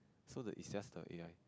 so the its just the A_I